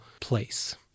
place